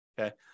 okay